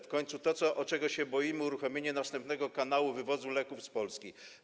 W końcu to, czego się boimy, to uruchomienie następnego kanału wywozu leków z Polski.